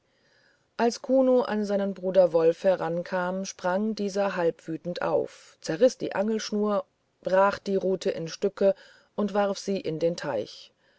als kuno an seinen bruder wolf herankam sprang dieser halb wütend auf zerriß die angelschnur brach die rute in stücke und warf sie in den teich